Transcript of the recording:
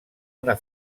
una